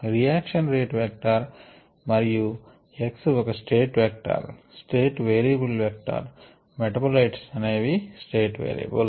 reaction rate vector మరియు x ఒక state vector state variables vector metabolites అనేవి state variables